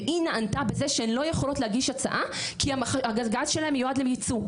והיא נענתה בזה שהן לא יכולות להגיש הצעה כי הגז שלהן מיועד לייצוא,